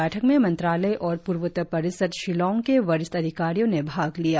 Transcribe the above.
बैठक में मंत्रालय और पूर्वोत्तर परिषद शिलांग के वरिष्ठ अधिकारियों ने भाग लिया